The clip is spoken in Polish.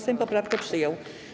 Sejm poprawkę przyjął.